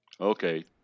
Okay